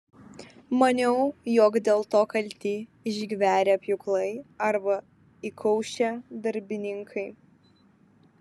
maniau jog dėl to kalti išgverę pjūklai arba įkaušę darbininkai